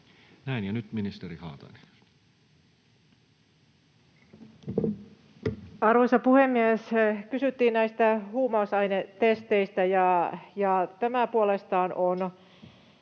laeiksi Time: 14:19 Content: Arvoisa puhemies! Kysyttiin näistä huumausainetesteistä, ja tämä puolestaan on